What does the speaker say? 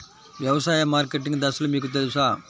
వ్యవసాయ మార్కెటింగ్ దశలు మీకు తెలుసా?